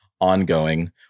ongoing